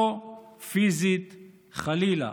לא פיזית, חלילה.